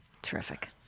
Terrific